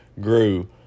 grew